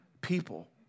people